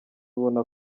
ubona